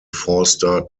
forster